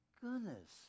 goodness